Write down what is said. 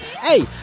Hey